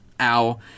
ow